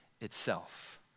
itself